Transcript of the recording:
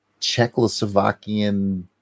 Czechoslovakian